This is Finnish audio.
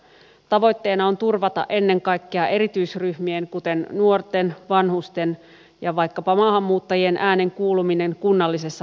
tavoitteena on turvata ennen kaikkea erityisryhmien kuten nuorten vanhusten ja vaikkapa maahanmuuttajien äänen kuuluminen kunnallisessa päätöksenteossa